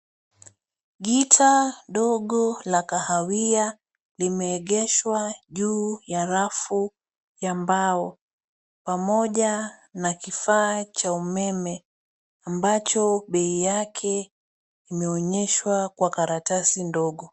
Gitaa dogo la kahawia limeegeshwa juu ya rafu ya mbao pamoja na kifaa cha umeme ambacho bei yake imeonyeshwa kwa karatasi ndogo.